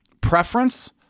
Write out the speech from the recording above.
preference